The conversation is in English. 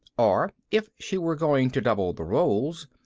or, if she were going to double the roles,